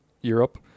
Europe